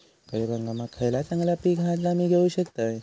खरीप हंगामाक खयला चांगला पीक हा जा मी घेऊ शकतय?